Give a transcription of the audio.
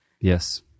Yes